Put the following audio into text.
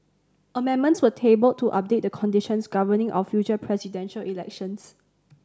amendments were tabled to update the conditions governing our future presidential elections